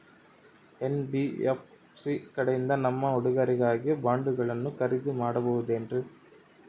NBFC ಕಡೆಯಿಂದ ನಮ್ಮ ಹುಡುಗರಿಗಾಗಿ ಬಾಂಡುಗಳನ್ನ ಖರೇದಿ ಮಾಡಬಹುದೇನ್ರಿ?